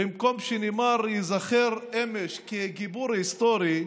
במקום שניימאר ייזכר אמש כגיבור היסטורי,